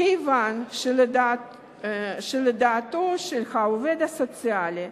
כיוון שדעתו של העובד הסוציאלי,